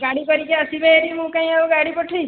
ଗାଡ଼ି କରିକି ଆସିବେ ହେରି ମୁଁ କାଇଁ ଆଉ ଗାଡ଼ି ପଠେଇବି